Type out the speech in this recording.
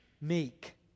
meek